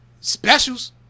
specials